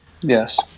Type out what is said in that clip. Yes